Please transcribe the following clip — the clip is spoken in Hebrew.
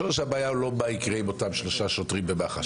שורש הבעיה הוא לא מה יקרה עם אותם שלושה שוטרים במח"ש,